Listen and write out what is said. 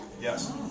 Yes